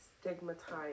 stigmatized